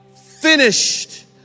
finished